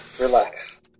Relax